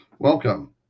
Welcome